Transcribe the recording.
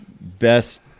best